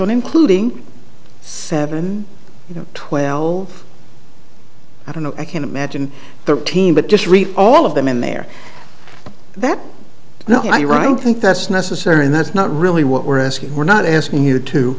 on including seven you know twelve i don't know i can't imagine thirteen but just read all of them in there that now i right think that's necessary and that's not really what we're asking we're not asking you to